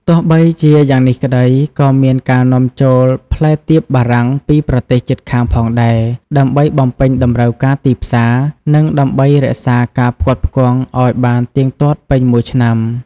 ទោះបីជាយ៉ាងនេះក្តី ក៏មានការនាំចូលផ្លែទៀបបារាំងពីប្រទេសជិតខាងផងដែរ ដើម្បីបំពេញតម្រូវការទីផ្សារ និងដើម្បីរក្សាការផ្គត់ផ្គង់ឱ្យបានទៀងទាត់ពេញមួយឆ្នាំ។